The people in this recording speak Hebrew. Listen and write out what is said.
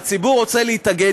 הציבור רוצה להתאגד?